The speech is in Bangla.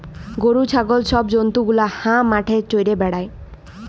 গরু, ছাগল ছব জল্তু গুলা হাঁ মাঠে চ্যরে বেড়ায়